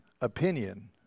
opinion